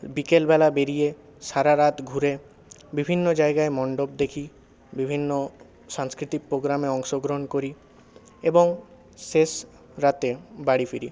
বিকেলবেলা বেড়িয়ে সারা রাত ঘুরে বিভিন্ন জায়গায় মন্ডপ দেখি বিভিন্ন সাংস্কৃতিক প্রোগ্রামে অংশগ্রহণ করি এবং শেষ রাতে বাড়ি ফিরি